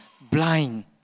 blind